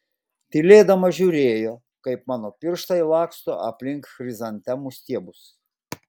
tylėdama žiūrėjo kaip mano pirštai laksto aplink chrizantemų stiebus